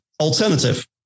alternative